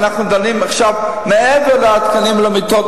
ואנחנו דנים עכשיו מעבר לתקנים למיטות,